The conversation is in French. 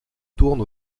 tourne